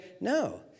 no